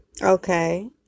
Okay